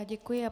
Děkuji.